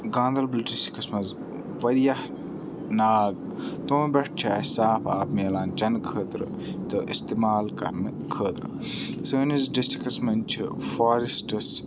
Ganderbal districts منٛز واریاہ ناگ تِمَن پٮ۪ٹھ چھُ اَسہِ صاف آب مِلان چینہٕ خٲطرٕ تہٕ اِستعمال کرنہٕ خٲطرٕ سٲنِس ڈِسٹرکَس منٛز چہِ فاریسٹٔس